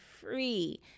free